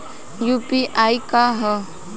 UPI का ह?